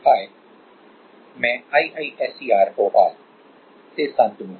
नमस्ते मैं IISER Bhopal IISER Bhopal से शांतनु हूं